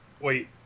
Wait